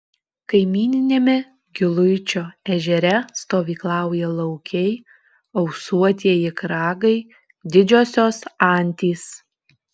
kaimyniniame giluičio ežere stovyklauja laukiai ausuotieji kragai didžiosios antys